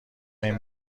این